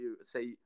say